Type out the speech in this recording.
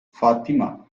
fatima